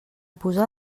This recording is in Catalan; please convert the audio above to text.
posar